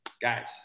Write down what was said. guys